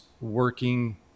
working